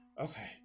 Okay